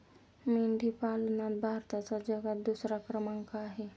मेंढी पालनात भारताचा जगात दुसरा क्रमांक आहे